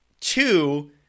Two